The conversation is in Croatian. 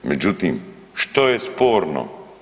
Međutim, što je sporno.